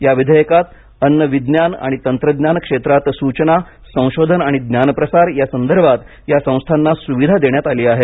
या विधेयकात अन्न विज्ञान आणि तंत्रज्ञान क्षेत्रात सूचना संशोधन आणि ज्ञान प्रसार या संदर्भात या संस्थांना सुविधा देण्यात आली आहे